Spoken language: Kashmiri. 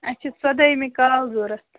اَسہِ چھِ ژۄدیمہِ کال ضوٚرَتھ